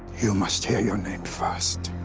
you must hear your name first.